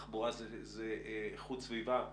תחבורה זה איכות סביבה,